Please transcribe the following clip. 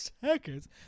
seconds